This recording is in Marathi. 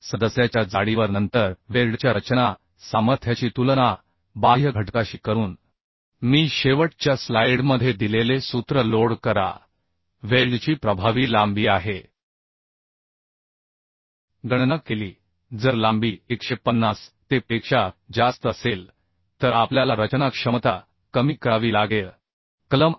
सदस्याच्या जाडीवर नंतर वेल्डच्या रचना सामर्थ्याची तुलना बाह्य घटकाशी करून मी शेवटच्या स्लाइडमध्ये दिलेले सूत्र लोड करा वेल्डची प्रभावी लांबी आहे गणना केली जर लांबी 150te पेक्षा जास्त असेल तर आपल्याला रचना क्षमता कमी करावी लागेल कलम 10